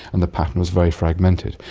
and the pattern was very fragmented.